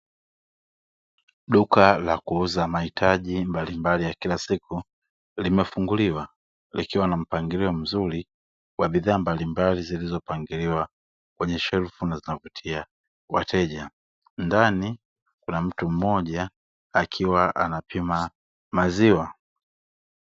Duka la kuuza mahitaji mbalimbali ya kila siku, limefunguliwa. likiwa na mpangilio mzuri wa bidhaa mbalimbali zilizopangiliwa kwenye shelfu zinavutia wateja. ndani kuna mtu mmoja akiwa anapima maziwa.